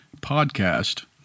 podcast